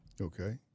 Okay